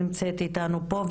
שנמצאת איתנו פה,